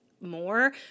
more